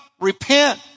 Repent